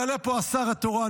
יעלה לפה השר התורן,